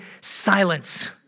silence